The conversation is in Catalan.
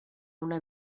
una